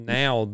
now